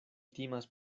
timas